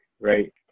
right